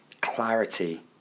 clarity